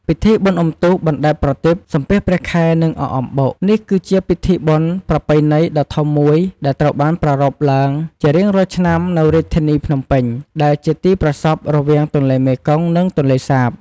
ពិធីបុណ្យអុំទូក បណ្ដែតប្រទីប សំពះព្រះខែ និងអកអំបុក នេះគឺជាពិធីបុណ្យប្រពៃណីដ៏ធំមួយដែលត្រូវបានប្រារព្ធឡើងជារៀងរាល់ឆ្នាំនៅរាជធានីភ្នំពេញ ដែលជាទីប្រសព្វរវាងទន្លេមេគង្គនិងទន្លេសាទ។